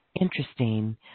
interesting